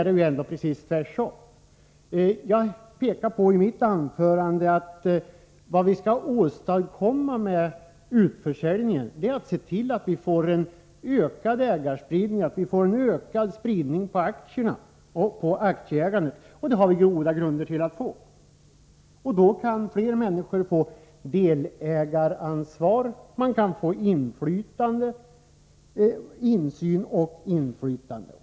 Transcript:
Det är precis tvärtom. Jag pekade i mitt anförande på att det vi skall åstadkomma med utförsäljningen är en ökad spridning av aktieägandet. Det har vi också goda förutsättningar att få. Därmed kan fler människor få delägaransvar, insyn och inflytande.